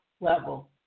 level